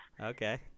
Okay